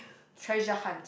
treasure hunt